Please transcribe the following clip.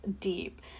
deep